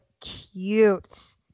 cute